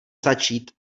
začít